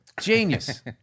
Genius